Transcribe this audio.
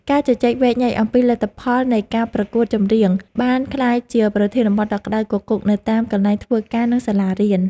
ការជជែកវែកញែកអំពីលទ្ធផលនៃការប្រកួតចម្រៀងបានក្លាយជាប្រធានបទដ៏ក្តៅគគុកនៅតាមកន្លែងធ្វើការនិងសាលារៀន។